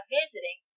visiting